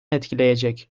etkileyecek